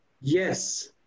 yes